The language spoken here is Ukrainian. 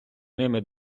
ними